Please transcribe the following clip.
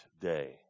day